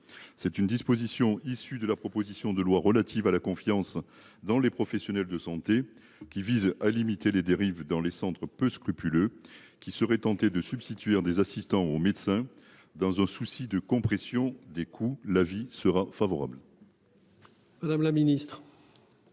C'est une disposition issue de la proposition de loi relative à la confiance dans les professionnels de santé qui vise à limiter les dérives dans les centres peu scrupuleux qui seraient tenté de substituer des assistants au médecin dans un souci de compression des coûts, la vie sera favorable. Madame la ministre.